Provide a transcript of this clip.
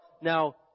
Now